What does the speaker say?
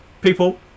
people